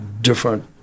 different